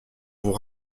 vous